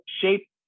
shape